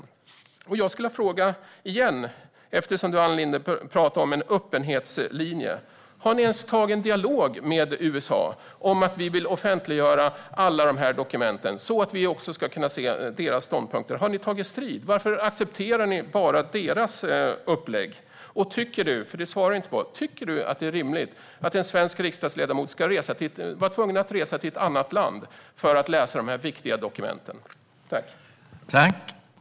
Jag skulle vilja ställa några frågor igen eftersom Ann Linde talade om en öppenhetslinje: Har ni ens tagit en dialog med USA om att vi vill offentliggöra alla dessa dokument så att vi ska kunna se deras ståndpunkter? Har ni tagit strid? Varför accepterar ni bara deras upplägg? Tycker du att det är rimligt att en svensk riksdagsledamot ska vara tvungen att resa till ett annat land för att läsa dessa viktiga dokument? Det svarade du inte på.